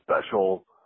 special